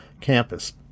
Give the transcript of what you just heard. campus